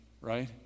right